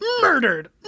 murdered